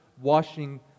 washing